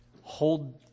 hold